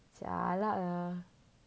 jialat lah